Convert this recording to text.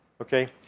Okay